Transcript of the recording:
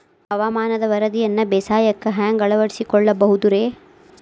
ಹವಾಮಾನದ ವರದಿಯನ್ನ ಬೇಸಾಯಕ್ಕ ಹ್ಯಾಂಗ ಅಳವಡಿಸಿಕೊಳ್ಳಬಹುದು ರೇ?